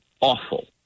awful